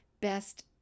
best